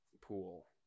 pool